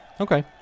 Okay